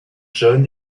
john